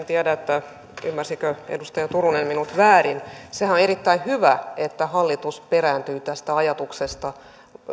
tiedä ymmärsikö edustaja turunen minut väärin sehän on erittäin hyvä että hallitus perääntyy tästä ajatuksesta